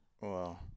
Wow